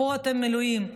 פה מילואים,